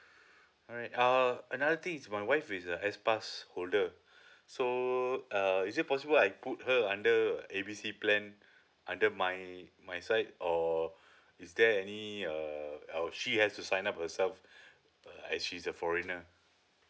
alright uh another thing is my wife is a S pass holder so uh is it possible I put her under uh A B C plan under my my side or is there any uh I will she have to sign up herself uh as she's a foreigner